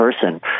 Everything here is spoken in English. person